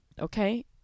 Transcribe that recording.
okay